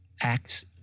acts